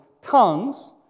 tongues